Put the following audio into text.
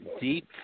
deep